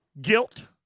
guilt